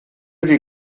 die